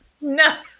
No